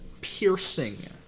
Piercing